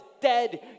dead